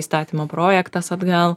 įstatymo projektas atgal